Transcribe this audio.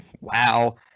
wow